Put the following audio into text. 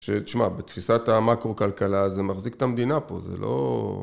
ש.. תשמע, בתפיסת המאקרו-כלכלה זה מחזיק את המדינה פה, זה לא...